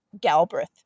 Galbraith